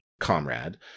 comrade